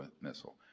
missile